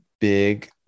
big